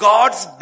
God's